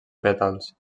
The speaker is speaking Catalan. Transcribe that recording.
pètals